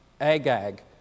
Agag